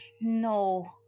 no